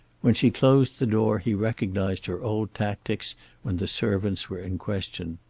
when she closed the door he recognized her old tactics when the servants were in question.